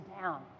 down